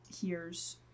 hears